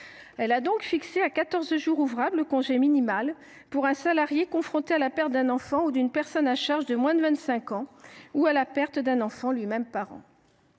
Elle a donc fixé à quatorze jours ouvrables le congé minimal pour un salarié confronté à la perte d’un enfant ou d’une personne à charge de moins de 25 ans, ou à la perte d’un enfant lui même parent.